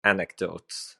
anecdotes